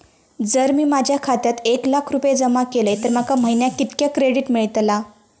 जर मी माझ्या खात्यात एक लाख रुपये जमा केलय तर माका महिन्याक कितक्या क्रेडिट मेलतला?